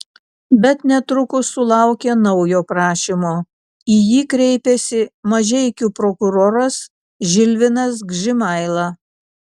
bet netrukus sulaukė naujo prašymo į jį kreipėsi mažeikių prokuroras žilvinas gžimaila